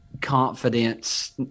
confidence